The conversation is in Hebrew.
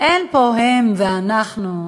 אין פה "הם" ו"אנחנו",